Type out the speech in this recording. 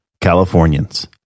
Californians